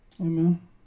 Amen